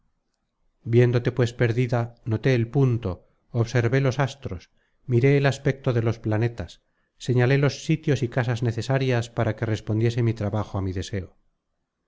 viéndote pues perdida noté el punto observé los astros miré el aspecto de los planetas señalé los sitios y casas necesarias para que respondiese mi trabajo á mi deseo